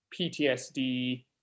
PTSD